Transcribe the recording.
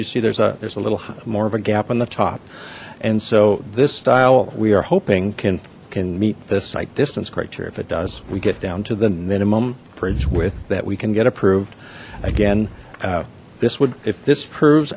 you see there's a there's a little more of a gap on the top and so this style we are hoping can can meet this like this kreitzer if it does we get down to the minimum bridge with that we can get approved again this would if this proves